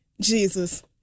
jesus